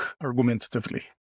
argumentatively